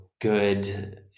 good